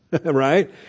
right